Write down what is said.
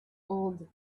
old